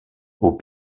aux